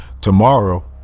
tomorrow